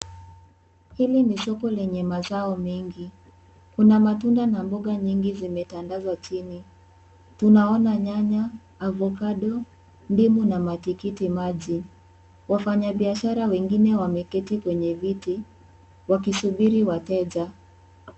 Hili ni soko lenye mazao mengi. Kuna matunda na mboga nyingi zimetandazwa chini. Tunaona nyanya, avacado, ndimu, na matikiti maji. Wafanyabiashara wengine wameketi kwenye viti wakisubiri wateja.